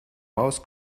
maus